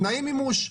תנאי מימוש,